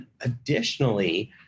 additionally